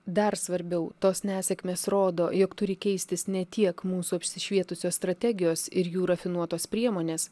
dar svarbiau tos nesėkmės rodo jog turi keistis ne tiek mūsų apsišvietusios strategijos ir jų rafinuotos priemonės